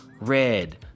red